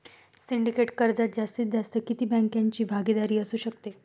Syndicate कर्जात जास्तीत जास्त किती बँकांची भागीदारी असू शकते?